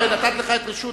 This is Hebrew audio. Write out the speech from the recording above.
הרי נתתי לך את הרשות,